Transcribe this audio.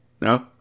No